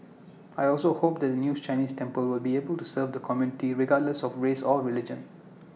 I also hope that the news Chinese temple will be able to serve the community regardless of race or religion